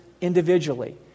individually